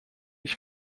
ich